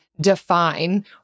define